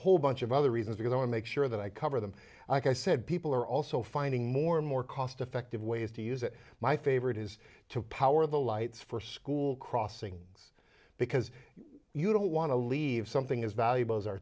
whole bunch of other reasons to go and make sure that i cover them i said people are also finding more and more cost effective ways to use it my favorite is to power the lights for school crossings because you don't want to leave something as valuable as our